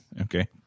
Okay